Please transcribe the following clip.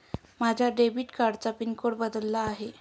माझ्या डेबिट कार्डाचा PIN number बदलला आहे